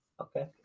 Okay